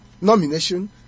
nomination